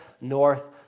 North